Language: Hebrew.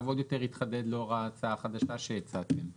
עוד יותר התחדד לאור ההצעה החדשה שהצעתם.